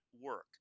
work